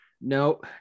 No